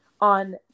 on